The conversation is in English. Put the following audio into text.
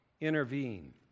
intervene